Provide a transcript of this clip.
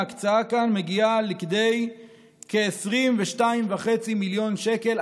ההקצאה כאן מגיעה לכדי כ-22.5 מיליון שקל,